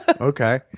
Okay